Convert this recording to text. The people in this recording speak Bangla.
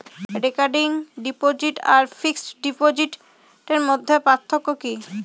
রেকারিং ডিপোজিট আর ফিক্সড ডিপোজিটের মধ্যে পার্থক্য কি?